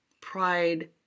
Pride